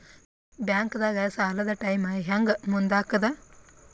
ಬ್ಯಾಂಕ್ದಾಗ ಸಾಲದ ಟೈಮ್ ಹೆಂಗ್ ಮುಂದಾಕದ್?